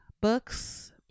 Books